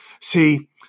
See